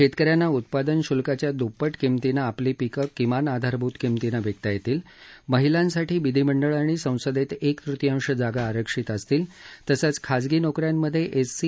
शेतक यांना उत्पादन शुल्काच्या दुप्पट किमतीनं आपली पीके किमान आधारभूत किमतीने विकता येतील महिलांसाठी विधीमंडळ आणि संसदेत एक तृतीयांश जागा आरक्षित असतील तसंच खाजगी नोक यांमधे एससी